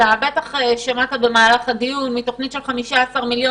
אתה בטח שמעת במהלך הדיון שמתוכנית של 15 מיליון